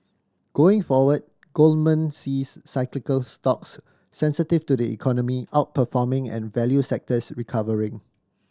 going forward Goldman sees cyclical stocks sensitive to the economy outperforming and value sectors recovering